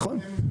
נכון.